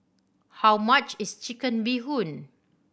how much is Chicken Bee Hoon